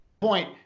point